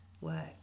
work